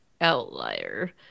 outlier